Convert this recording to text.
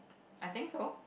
I think so